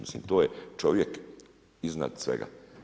Mislim, to je čovjek iznad svega.